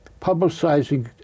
publicizing